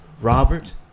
Robert